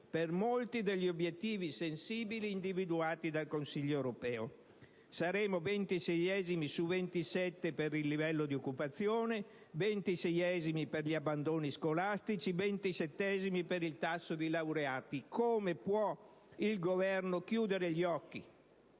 per molti degli obiettivi sensibili individuati dal Consiglio europeo. Saremo ventiseiesimi su 27 per il livello di occupazione, ventiseiesimi per gli abbandoni scolastici, ventisettesimi per il tasso di laureati. Come può il Governo chiudere gli occhi?